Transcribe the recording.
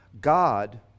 God